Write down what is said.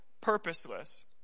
purposeless